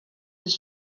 his